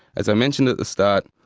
as i mentioned at the start,